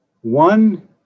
One